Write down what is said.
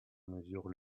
mesure